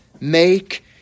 make